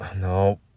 No